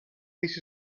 this